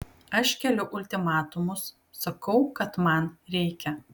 aš keliu ultimatumus sakau kad man reikia